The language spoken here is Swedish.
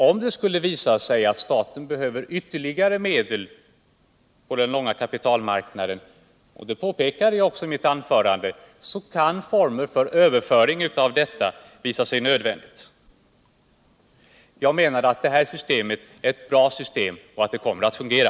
Om det skulle visa sig att staten behöver ytterligare medel på den långa kapitalmarknaden kan, och det påpekade jag också i mitt tidigare anförande, former för överföring av detta visa sig nödvändiga. Jag menar att det här systemet är ett bra system och att det kommer att fungera.